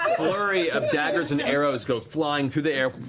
flurry of daggers and arrows go flying through the air